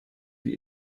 die